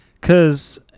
Cause